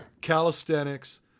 Calisthenics